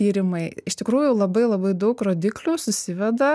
tyrimai iš tikrųjų labai labai daug rodiklių susiveda